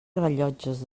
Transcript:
rellotges